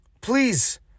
please